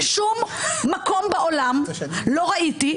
בשום מקום בעולם לא ראיתי,